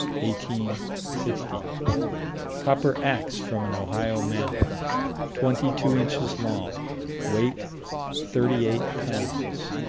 eighteen sixty copper ax from an ohio mound twenty two inches long weight thirty eight pounds.